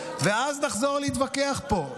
ואז נחזור להתווכח פה.